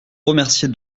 remercier